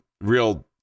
real